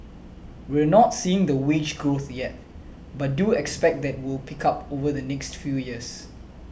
we're not seeing the wage growth yet but do expect that will pick up over the next few years